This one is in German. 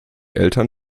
eltern